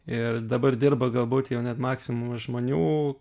ir dabar dirba galbūt jau net maksimum žmonių